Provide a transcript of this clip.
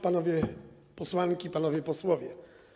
Panie Posłanki i Panowie Posłowie!